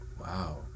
wow